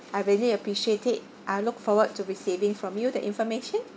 I really appreciate it I look forward to receiving from you the information